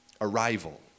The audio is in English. arrival